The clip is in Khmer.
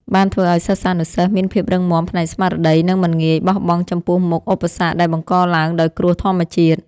បានធ្វើឱ្យសិស្សានុសិស្សមានភាពរឹងមាំផ្នែកស្មារតី និងមិនងាយបោះបង់ចំពោះមុខឧបសគ្គដែលបង្កឡើងដោយគ្រោះធម្មជាតិ។